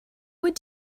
what